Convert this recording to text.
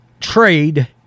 trade